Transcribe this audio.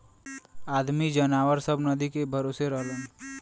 आदमी जनावर सब नदी के भरोसे रहलन